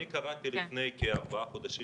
אני קראתי לפני כארבעה חודשים,